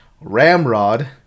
ramrod